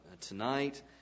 tonight